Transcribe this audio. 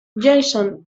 jason